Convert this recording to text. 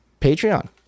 Patreon